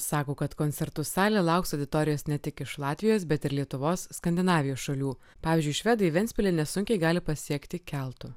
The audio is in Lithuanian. sako kad koncertų salė lauks auditorijos ne tik iš latvijos bet ir lietuvos skandinavijos šalių pavyzdžiui švedai ventspilį nesunkiai gali pasiekti keltu